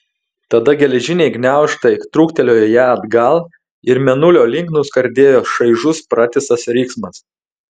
tada geležiniai gniaužtai trūktelėjo ją atgal ir mėnulio link nuskardėjo šaižus pratisas riksmas